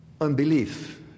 unbelief